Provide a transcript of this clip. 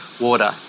water